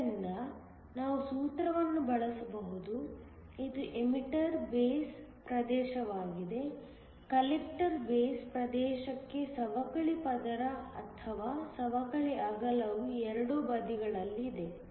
ಆದ್ದರಿಂದ ನಾವು ಸೂತ್ರವನ್ನು ಬಳಸಬಹುದು ಇದು ಎಮಿಟರ್ ಬೇಸ್ ಪ್ರದೇಶವಾಗಿದೆ ಕಲೆಕ್ಟರ್ ಬೇಸ್ ಪ್ರದೇಶಕ್ಕೆ ಸವಕಳಿ ಪದರ ಅಥವಾ ಸವಕಳಿ ಅಗಲವು ಎರಡೂ ಬದಿಗಳಲ್ಲಿದೆ